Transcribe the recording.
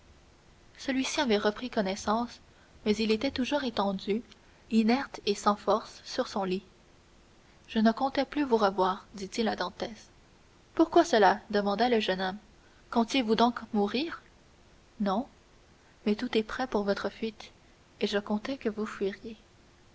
celui-ci avait repris connaissance mais il était toujours étendu inerte et sans force sur son lit je ne comptais plus vous revoir dit-il à dantès pourquoi cela demanda le jeune homme comptiez vous donc mourir non mais tout est prêt pour votre fuite et je comptais que vous fuiriez